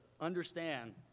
understand